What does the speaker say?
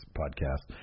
podcast